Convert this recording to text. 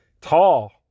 tall